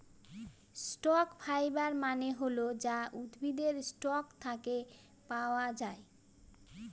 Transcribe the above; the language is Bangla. স্টক ফাইবার মানে হল যা উদ্ভিদের স্টক থাকে পাওয়া যায়